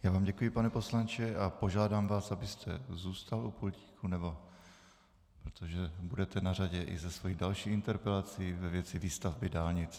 Já vám děkuji, pane poslanče, a požádám vás, abyste zůstal u pultíku, protože budete na řadě i se svojí další interpelací ve věci výstavby dálnic.